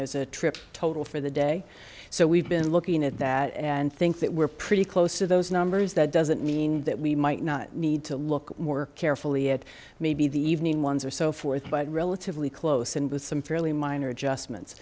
there's a trip total for the day so we've been looking at that and think that we're pretty close to those numbers that doesn't mean that we might not need to look more carefully at maybe the evening ones or so forth but relatively close and with some fairly minor adjustments